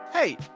Hey